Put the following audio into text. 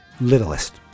littlest